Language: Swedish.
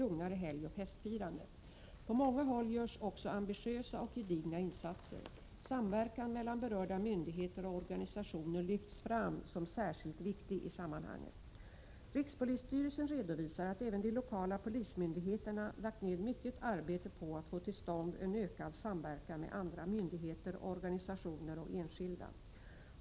På många GATA Kna H ” SER VR : alkoholkonsumtionen håll görs också ambitiösa och gedigna insatser. Samverkan mellan berörda (Sberigé vert myndigheter och organisationer lyfts fram som särskilt viktig i sammanhanget. Rikspolisstyrelsen redovisar att även de lokala polismyndigheterna lagt ned mycket arbete på att få till stånd en ökad samverkan med andra myndigheter, organisationer och enskilda.